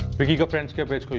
vicky friendsquare page.